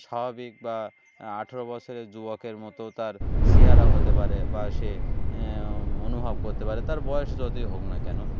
স্বাভাবিক বা আঠেরো বছরের যুবকের মতো তার চেহারা হতে পারে বা সে অনুভব করতে পারে তার বয়স যতই হোক না কেন